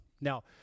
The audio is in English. Now